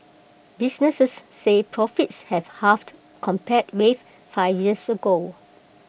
businesses said profits have halved compared with five years ago